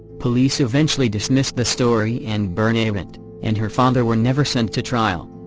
police eventually dismissed the story and bernabet and her father were never sent to trial.